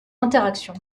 interaction